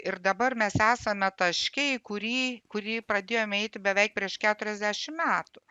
ir dabar mes esame taške į kurį kurį pradėjome eiti beveik prieš keturiasdešim metų